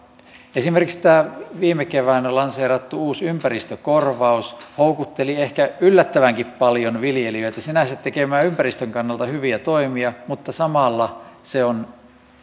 esimerkiksi tämä viime keväänä lanseerattu uusi ympäristökorvaus houkutteli ehkä yllättävänkin paljon viljelijöitä tekemään sinänsä ympäristön kannalta hyviä toimia mutta samalla se on